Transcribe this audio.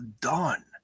done